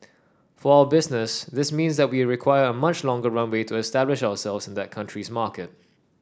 for our business this means that we require a much longer runway to establish ourselves in that country's market